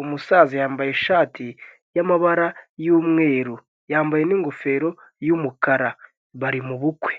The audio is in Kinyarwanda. umusaza yambaye ishati y'amabara y'umweru yambaye n'ingofero y'umukara bari mu bukwe.